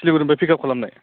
सिलिगुरिनिफ्राय pickup खालामनाय